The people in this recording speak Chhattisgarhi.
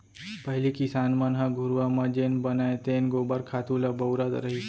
पहिली किसान मन ह घुरूवा म जेन बनय तेन गोबर खातू ल बउरत रहिस